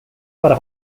para